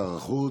לשר החוץ.